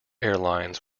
airlines